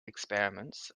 experiments